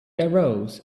arose